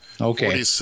okay